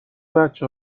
بچه